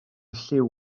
lliw